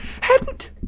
hadn't—